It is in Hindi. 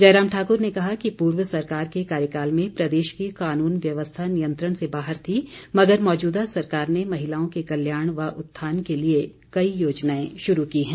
जयराम ठाकुर ने कहा कि पूर्व सरकार के कार्यकाल में प्रदेश की कानून व्यवस्था नियंत्रण से बाहर थी मगर मौजूदा सरकार ने महिलाओं के कल्याण व उत्थान के लिए कई योजनाएं शुरू की हैं